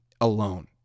alone